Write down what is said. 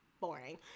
boring